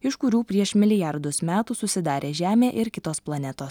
iš kurių prieš milijardus metų susidarė žemė ir kitos planetos